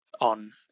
on